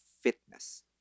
fitness